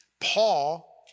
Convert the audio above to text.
Paul